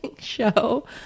show